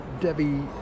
Debbie